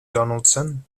donaldson